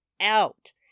out